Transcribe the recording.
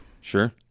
Sure